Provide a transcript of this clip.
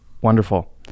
Wonderful